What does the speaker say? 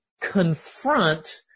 confront